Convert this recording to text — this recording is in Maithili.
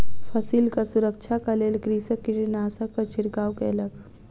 फसिलक सुरक्षाक लेल कृषक कीटनाशकक छिड़काव कयलक